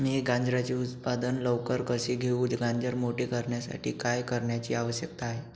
मी गाजराचे उत्पादन लवकर कसे घेऊ? गाजर मोठे करण्यासाठी काय करण्याची आवश्यकता आहे?